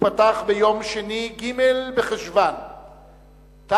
ייפתחו ביום שני, ג' בחשוון תשע"א,